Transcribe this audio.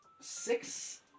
six